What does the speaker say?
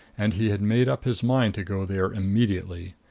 and he had made up his mind to go there immediately.